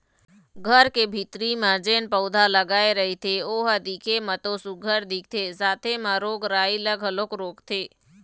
घर के भीतरी म जेन पउधा लगाय रहिथे ओ ह दिखे म तो सुग्घर दिखथे साथे म रोग राई ल घलोक रोकथे